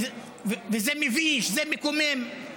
וזה מביש, זה מקומם.